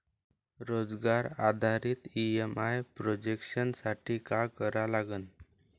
रोजगार आधारित EMI projection साठी का करा लागन?